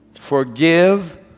Forgive